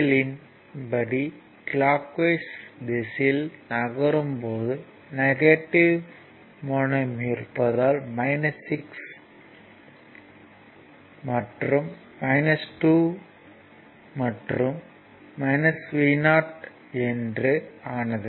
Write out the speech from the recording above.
L இன் படி clockwise திசையில் நகரும் போது நெகட்டிவ் முனையம் இருப்பதால் 6 மற்றும் 2 மற்றும் Vo என்று ஆனது